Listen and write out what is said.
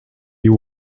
you